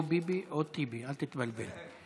או ביבי או טיבי, אל תתבלבל,